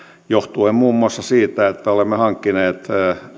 johtuen muun muassa siitä että olemme hankkineet